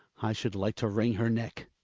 i should, like to wring her neck.